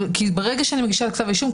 ברגע שאני מגישה כתב אישום,